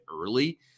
early